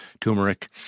turmeric